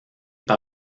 par